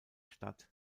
stadt